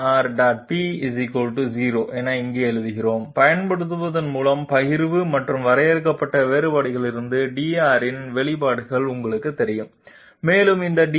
p 0 என இங்கே எழுதுகிறோம் பயன்படுத்துவதன் மூலம் பகிர்வு மற்றும் வரையறுக்கப்பட்ட வேறுபாடுகளிலிருந்து dR இன் வெளிப்பாடு உங்களுக்குத் தெரியும் மேலும் இந்த dR